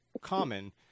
common